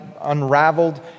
unraveled